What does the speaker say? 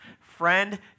Friend